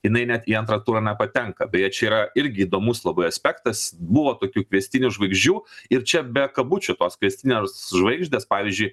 jinai net į antrą turą patenka beje čia yra irgi įdomus labai aspektas buvo tokių kviestinių žvaigždžių ir čia be kabučių tos kviestinės žvaigždės pavyzdžiui